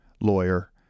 lawyer